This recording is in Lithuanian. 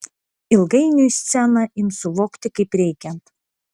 ilgainiui sceną ims suvokti kaip reikiant